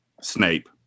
Snape